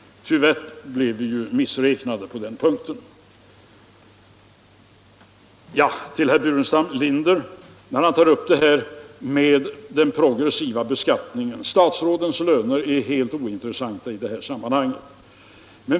Tyvärr blev vi missräknade på den punkten. Herr Burenstam Linder tog upp detta med den progressiva beskattningen. Statsrådens löner är helt ointressanta i detta sammanhang.